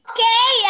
Okay